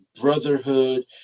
brotherhood